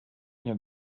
nie